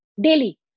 daily